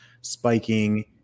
spiking